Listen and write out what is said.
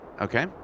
Okay